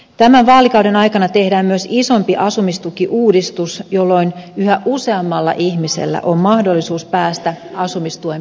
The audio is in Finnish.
tämän vaalikauden aikana tehdään myös isompi asumistukiuudistus jolloin yhä useammalla ihmisellä on mahdollisuus päästä asumistuen piiriin